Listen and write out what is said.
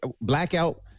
blackout